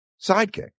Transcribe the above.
sidekick